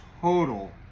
total